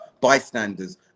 bystanders